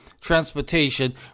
Transportation